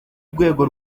rwego